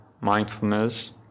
mindfulness